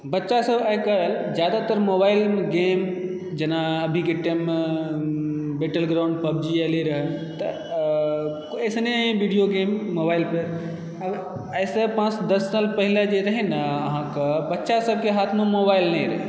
बच्चासभ आइकाल्हि जादातर मोबाइलमे गेम जेना अभीके टाइममे बीटल ग्राऊण्ड पबजी एलय रऽ तऽ एसने वीडियो गेम मोबाइलके आइसँ पाँच दश साल पहिले जे रहय नऽ अहाँकेँ बच्चासभके हाथमे मोबाइल नहि रहै